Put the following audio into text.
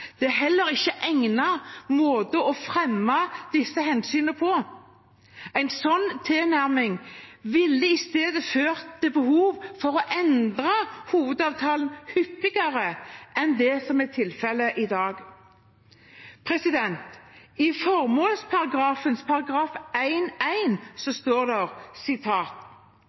Det er heller ikke en egnet måte å fremme disse hensynene på. En slik tilnærming ville i stedet ha ført til behov for å endre hovedavtalen hyppigere enn det som er tilfellet i dag. I § 1-1 i hovedavtalen for jordbruket, formålsparagrafen, står